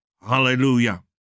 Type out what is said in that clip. Hallelujah